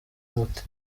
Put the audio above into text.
muti